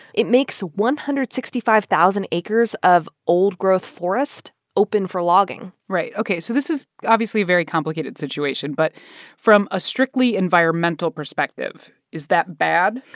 it makes one hundred and sixty five thousand acres of old-growth forest open for logging right. ok. so this is obviously a very complicated situation, but from a strictly environmental perspective, is that bad?